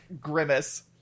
grimace